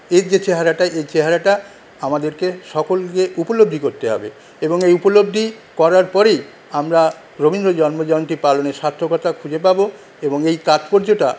এই যে চেহারাটা এই চেহারাটা আমাদেরকে সকলকে উপলব্ধি করতে হবে এবং এই উপলব্ধি করার পরেই আমরা রবীন্দ্র জন্মজয়ন্তী পালনের সার্থকতা খুঁজে পাবো এবং এই তাৎপর্যটা